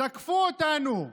תקפו אותנו.